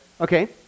okay